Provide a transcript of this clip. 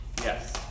yes